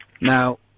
Now